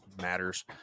matters